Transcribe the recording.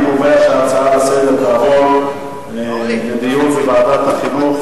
אני קובע שההצעות לסדר-היום תעבורנה לדיון בוועדת החינוך,